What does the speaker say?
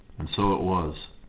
and so it was.